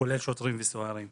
כולל שוטרים וסוהרים.